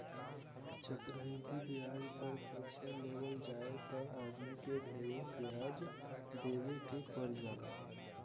चक्रवृद्धि ब्याज पर पइसा लेवल जाए त आदमी के ढेरे ब्याज देवे के पर जाला